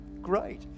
Great